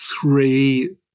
three